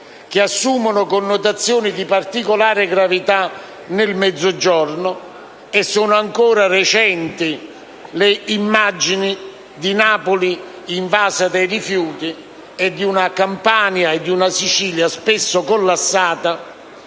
che assumono connotazioni di particolare gravità nel Mezzogiorno; e sono ancora recenti le immagini di Napoli invasa dai rifiuti e di una Campania e di una Sicilia spesso collassata